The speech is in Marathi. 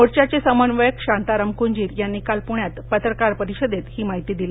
मोर्चाचे समन्वयक शांताराम कुंजीर यानी काल पुण्यात पत्रकार परिषदेत ही माहिती दिली